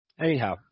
anyhow